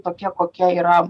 tokia kokia yra